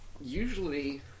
usually